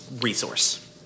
resource